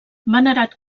venerat